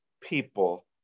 people